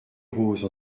roses